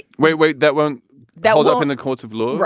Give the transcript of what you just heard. wait, wait. that won't that will go up in the courts of law.